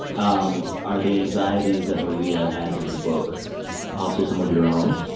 um are the anxieties that maria has in the book also some of your own?